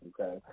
Okay